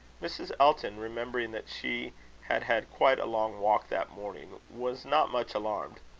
mrs. elton, remembering that she had had quite a long walk that morning, was not much alarmed.